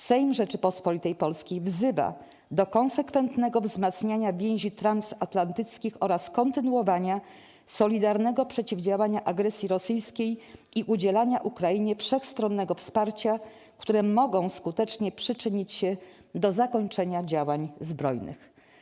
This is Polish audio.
Sejm Rzeczypospolitej Polskiej wzywa do konsekwentnego wzmacniania więzi transatlantyckich oraz kontynuowania solidarnego przeciwdziałania agresji rosyjskiej i udzielania Ukrainie wszechstronnego wsparcia, które mogą skutecznie przyczynić się do zakończenia działań zbrojnych˝